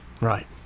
Right